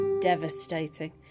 devastating